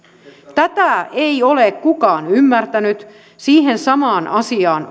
tätä ei ole kukaan ymmärtänyt siihen samaan asiaan